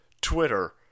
Twitter